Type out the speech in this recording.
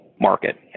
market